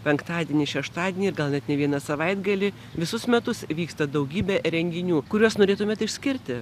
penktadienį šeštadienį ir gal net ne vieną savaitgalį visus metus vyksta daugybė renginių kuriuos norėtumėt išskirti